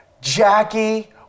Jackie